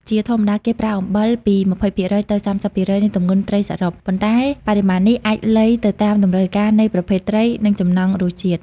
ជាធម្មតាគេប្រើអំបិលពី ២០% ទៅ ៣០% នៃទម្ងន់ត្រីសរុប ប៉ុន្តែបរិមាណនេះអាចលៃទៅតាមតម្រូវការនៃប្រភេទត្រី និងចំណង់រសជាតិ។